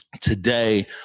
today